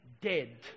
dead